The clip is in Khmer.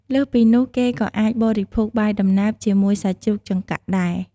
លើសពីនោះ គេក៏អាចបរិភោគបាយដំណើបជាមួយសាច់ជ្រូកចង្កាក់ដែរ។